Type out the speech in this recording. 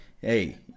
hey